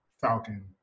falcon